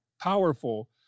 powerful